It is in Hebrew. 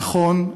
נכון,